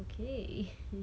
okay